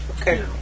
Okay